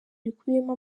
rikubiyemo